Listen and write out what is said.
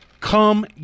Come